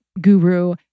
guru